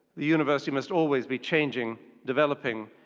the university must always be changing, developing,